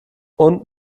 und